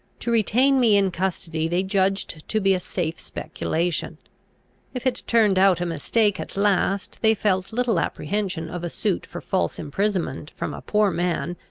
to retain me in custody they judged to be a safe speculation if it turned out a mistake at last, they felt little apprehension of a suit for false imprisonment from a poor man,